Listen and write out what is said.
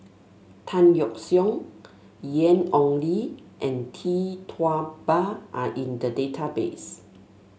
Tan Yeok Seong Ian Ong Li and Tee Tua Ba are in the database